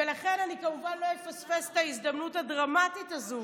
ולכן אני כמובן לא אפספס את ההזדמנות הדרמטית הזו,